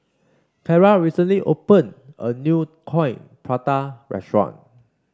Carra recently opened a new Coin Prata restaurant